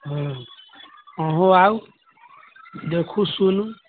हँ अहूँ आउ देखू सुनू